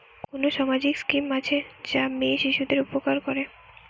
কোন সামাজিক স্কিম আছে যা মেয়ে শিশুদের উপকার করে?